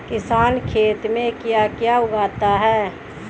किसान खेत में क्या क्या उगाता है?